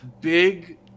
big